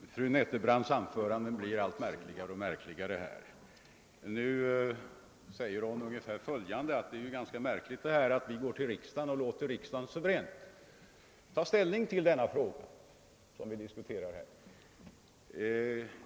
Herr talman! Fru Nettelbrandts anföranden blir märkligare och märkligare. Nu säger hon att det är egendomligt att vi låter riksdagen suveränt ta ställning till den fråga som nu diskuteras.